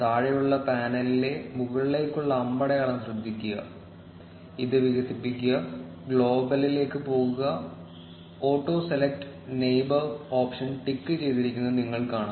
താഴെയുള്ള പാനലിലെ മുകളിലേക്കുള്ള അമ്പടയാളം ശ്രദ്ധിക്കുക അത് വികസിപ്പിക്കുക ഗ്ലോബലിലേക്ക് പോകുക auto select neighbour option tick ചെയ്തിരിക്കുന്നത് നിങ്ങൾ കാണും